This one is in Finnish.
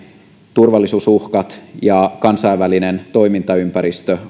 turvallisuusuhkat ja kansainvälinen toimintaympäristö